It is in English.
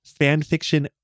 Fanfiction